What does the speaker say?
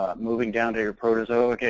moving down to your protozoa,